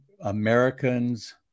Americans